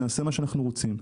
נעשה מה שאנחנו רוצים.